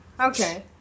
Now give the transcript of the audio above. Okay